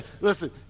Listen